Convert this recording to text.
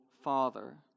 father